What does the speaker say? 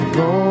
go